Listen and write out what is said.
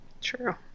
True